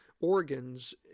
organs